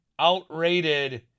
outrated